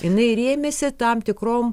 jinai rėmėsi tam tikrom